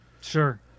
Sure